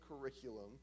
curriculum